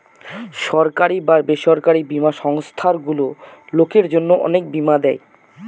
সরকারি বা বেসরকারি বীমা সংস্থারগুলো লোকের জন্য অনেক বীমা দেয়